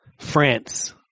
France